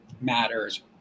matters